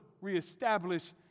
reestablish